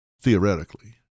theoretically